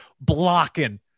blocking